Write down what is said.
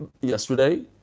yesterday